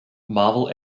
marvel